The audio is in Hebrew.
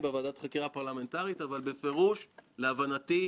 לאור השנים שעברו והמהלכים והזעזוע שזה יכול לייצר,